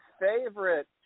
favorite